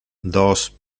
dos